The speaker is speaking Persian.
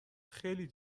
خیلی